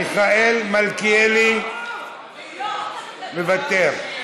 מיכאל מלכיאלי, מוותר.